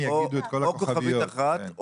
או כוכבית אחת,